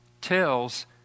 tells